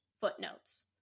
footnotes